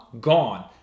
gone